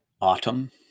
autumn